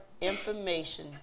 information